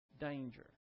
danger